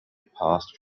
passed